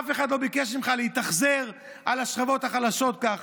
אף אחד לא ביקש ממך להתאכזר לשכבות החלשות ככה.